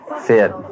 fit